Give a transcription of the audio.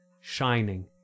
shining